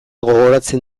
gogoratzen